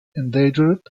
endangered